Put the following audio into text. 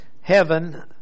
heaven